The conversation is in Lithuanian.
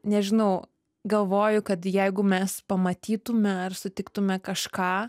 nežinau galvoju kad jeigu mes pamatytume ar sutiktume kažką